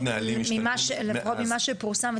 לפחות ממה שפורסם,